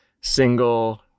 single